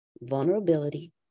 vulnerability